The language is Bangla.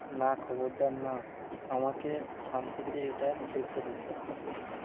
না খবরদার না আমাকে শান্তিতে এটা দেখতে দাও